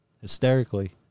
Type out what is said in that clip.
hysterically